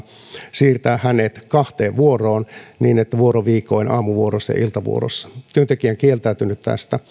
siirtää kahteen vuoroon niin että hän olisi vuoroviikoin aamuvuorossa ja iltavuorossa työntekijä on kieltäytynyt